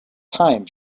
time